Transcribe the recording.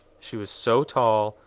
she was so tall,